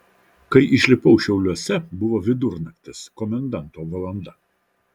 kai išlipau šiauliuose buvo vidurnaktis komendanto valanda